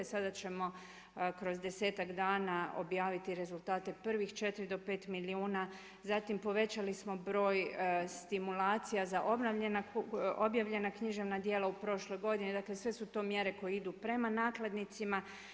Sada ćemo kroz desetak dana objaviti rezultate prvih 4 do 5 milijuna, zatim povećali smo broj stimulacija za objavljena književna djela u prošloj godini dakle sve su to mjere koje idu prema nakladnicima.